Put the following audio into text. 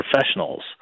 professionals